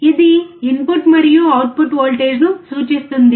ఇది ఇన్పుట్ మరియు అవుట్పుట్ వోల్టేజ్ను సూచిస్తుంది